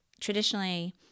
traditionally